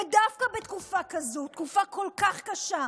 ודווקא בתקופה כזאת, תקופה כל כך קשה,